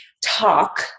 talk